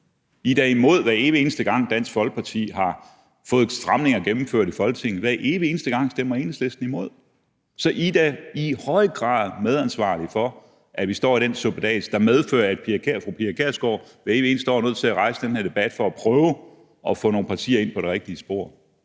er da imod, hver evig eneste gang Dansk Folkeparti har fået stramninger gennemført i Folketinget. Hver evig eneste gang stemmer Enhedslisten imod. Så I er da i høj grad medansvarlige for, at vi står i den suppedas, der medfører, at fru Pia Kjærsgaard hvert evig eneste år er nødt til at rejse den her debat for at prøve at få nogle partier ind på det rigtige spor.